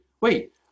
wait